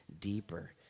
deeper